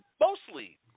mostly